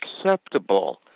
acceptable